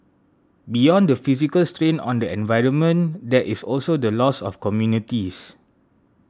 beyond the physical strain on the environment there is also the loss of communities